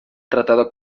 tratado